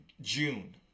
June